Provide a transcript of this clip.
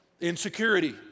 insecurity